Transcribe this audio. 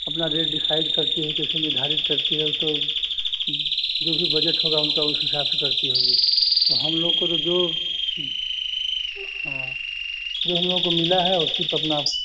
अपना rate decide करती है कैसे निर्धारित करती है वो तो जो भी बजट होगा उनका उस हिसाब से करती होगी तो हम लोग को तो जो अ हाँ जो हम लोगों को मिला है उसी से अपना